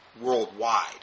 worldwide